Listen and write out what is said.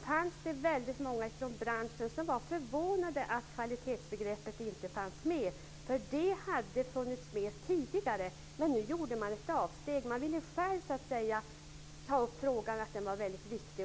fanns det väldigt många i branschen som var förvånade över att kvalitetsbegreppet inte fanns med. Det hade funnits med tidigare, men nu gjorde man ett avsteg. Man ville så att säga själv ta upp frågan, att den var väldigt viktig.